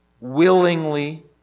willingly